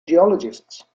geologists